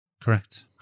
Correct